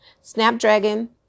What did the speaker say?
Snapdragon